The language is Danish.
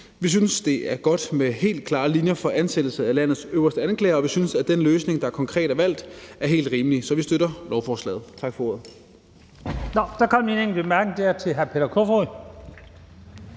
Vi synes, det er godt med helt klare linjer for ansættelse af landets øverste anklage, og vi synes, at den løsning, der konkret er valgt, er helt rimelig. Vi støtter lovforslaget.